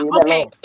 okay